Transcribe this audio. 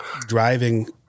driving